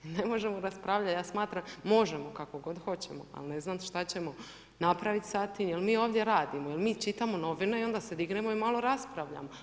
Ne možemo raspravljati, možemo kako god hoćemo, ali ne znam šta ćemo napraviti s tim jel mi ovdje radimo jel mi čitamo novine i onda se dignemo i malo raspravljamo.